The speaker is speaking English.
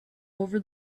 over